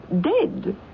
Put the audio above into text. dead